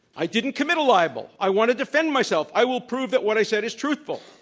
i didn't commit a libel. i want to defend myself. i will prove that what i said is truthful.